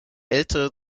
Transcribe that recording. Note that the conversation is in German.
ältere